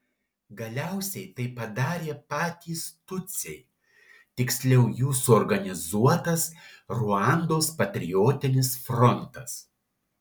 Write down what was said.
galiausiai tai padarė patys tutsiai tiksliau jų suorganizuotas ruandos patriotinis frontas